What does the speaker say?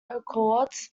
accords